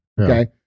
Okay